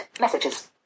Messages